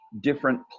different